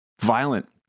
violent